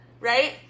right